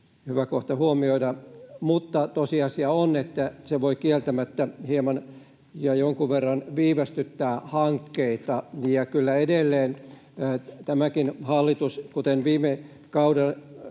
hyvä kohta huomioida, mutta tosiasia on, että se voi kieltämättä jonkun verran viivästyttää hankkeita. Kyllä edelleen tämäkin hallitus haluaa — kuten viime kaudellakin